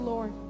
Lord